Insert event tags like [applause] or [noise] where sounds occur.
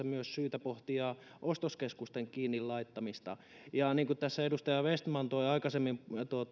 [unintelligible] myös syytä pohtia ostoskeskusten kiinni laittamista ja kun tässä edustaja vestman toi aikaisemmin